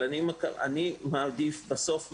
אבל אני מעדיף בסוף מעשה.